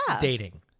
Dating